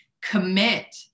commit